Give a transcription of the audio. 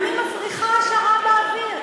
אני מפריחה השערה באוויר.